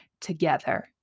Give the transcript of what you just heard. together